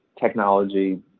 technology